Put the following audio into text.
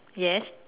yes